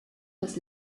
das